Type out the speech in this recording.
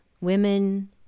women